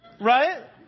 right